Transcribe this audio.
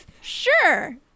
sure